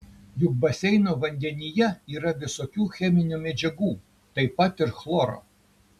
juk baseino vandenyje yra visokių cheminių medžiagų taip pat ir chloro